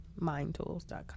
MindTools.com